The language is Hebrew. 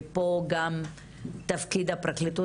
ופה גם תפקיד הפרקליטות,